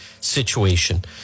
situation